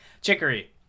Chicory